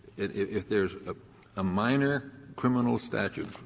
if if there's a ah minor criminal statute